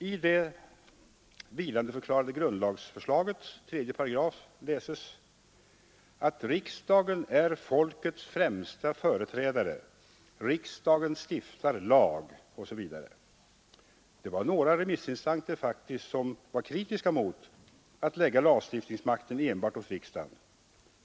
I det vilande grundlagsförslagets 3 § läses att riksdagen är folkets främsta företrädare, riksdagen stiftar lag, osv. Det var faktiskt några remissinstanser som var kritiska mot att lägga lagstiftningsmakten enbart hos riksdagen.